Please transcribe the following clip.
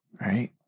right